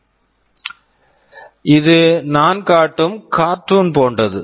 Refer Slide Time 2802 இது நான் காட்டும் கார்ட்டூன் cartoon போன்றது